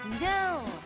No